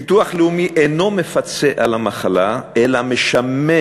הביטוח הלאומי אינו מפצה על המחלה אלא משמש